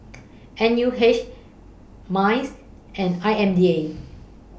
N U H Minds and I M D A